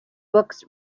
books